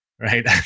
right